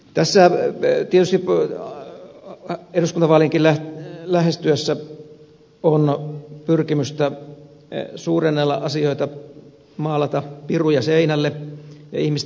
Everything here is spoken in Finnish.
tässä tietysti eduskuntavaalienkin lähestyessä on pyrkimystä suurennella asioita maalata piruja seinälle ja ihmisten mieliin